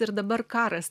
ir dabar karas